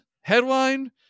headline